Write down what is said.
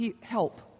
help